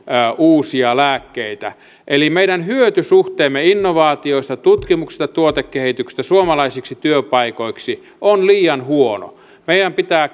uusia lääkkeitä meidän hyötysuhteemme innovaatioista tutkimuksista tuotekehityksestä suomalaisiksi työpaikoiksi on liian huono meidän pitää